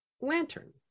lantern